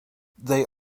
they